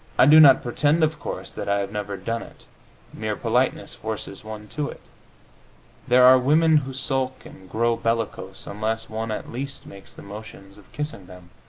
i do not pretend, of course, that i have never done it mere politeness forces one to it there are women who sulk and grow bellicose unless one at least makes the motions of kissing them.